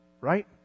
right